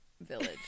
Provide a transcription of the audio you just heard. village